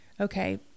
okay